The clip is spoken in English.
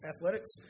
athletics